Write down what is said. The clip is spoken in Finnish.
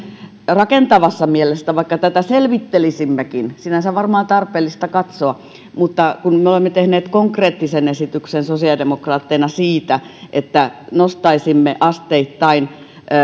rakentavassa mielessä vaikka tätä selvittelisimmekin sinänsä on varmaan tarpeellista katsoa mutta kun me olemme tehneet konkreettisen esityksen sosiaalidemokraatteina siitä että nostaisimme asteittain